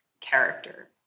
character